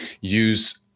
use